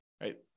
right